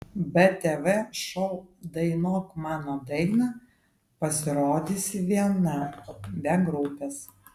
btv šou dainuok mano dainą pasirodysi viena be grupės